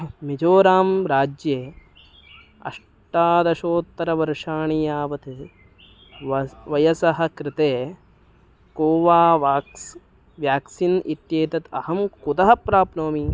मिजोराम् राज्ये अष्टादशोत्तरवर्षाणि यावत् वयः वयसः कृते कोवाक्स् व्याक्सीन् इत्येतत् अहं कुतः प्राप्नोमि